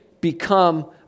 become